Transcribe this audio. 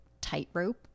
tightrope